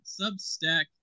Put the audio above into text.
Substack